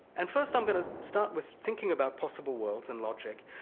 and first i'm going to start with thinking about possible worlds and logic,